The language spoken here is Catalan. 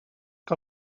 que